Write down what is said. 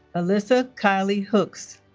alyssa kylie hooks